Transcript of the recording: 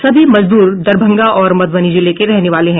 सभी मजदूर दरभंगा और मधुबनी जिले के रहने वाले हैं